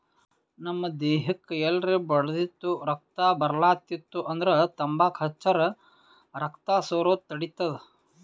ನಮ್ ದೇಹಕ್ಕ್ ಎಲ್ರೆ ಬಡ್ದಿತ್ತು ರಕ್ತಾ ಬರ್ಲಾತಿತ್ತು ಅಂದ್ರ ತಂಬಾಕ್ ಹಚ್ಚರ್ ರಕ್ತಾ ಸೋರದ್ ತಡಿತದ್